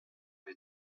les